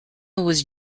also